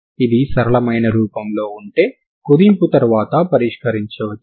ఇది సరళమైన రూపంలో ఉంటే కుదింపు తర్వాత పరిష్కరించవచ్చు